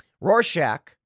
Rorschach